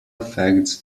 affects